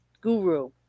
Guru